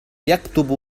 يكتب